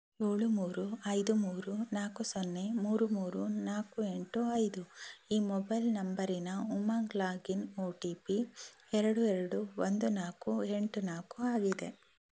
ಏಳು ಮೂರು ಐದು ಮೂರು ನಾಲ್ಕು ಸೊನ್ನೆ ಮೂರು ಮೂರು ನಾಲ್ಕು ಎಂಟು ಐದು ಈ ಮೊಬೈಲ್ ನಂಬರಿನ Umang login O T P ಎರಡು ಎರಡು ಒಂದು ನಾಲ್ಕು ಎಂಟು ನಾಲ್ಕು ಆಗಿದೆ